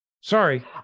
Sorry